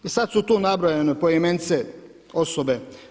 I sad su tu nabrojane poimence osobe.